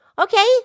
Okay